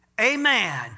Amen